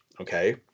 Okay